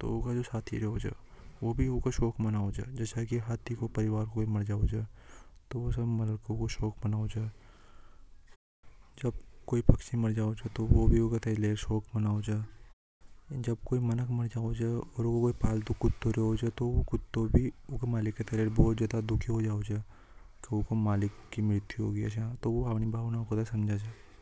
तो ऊका जो साथी रेवे च। विभी ऊका शोक मानव च जैसा कि हाथी का परिवार मर जावे च तो शोक मनावे जब कोई मानक मर जावे और यूको कोई पालतू रेवे छ तो वो कुत्तों भी मालिक की तरह ओर दुखी हो जावे कि ऊके मालिक मंत्री हो है।